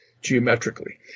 geometrically